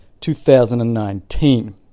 2019